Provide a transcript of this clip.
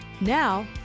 Now